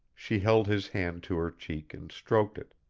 she held his hand to her cheek and stroked it,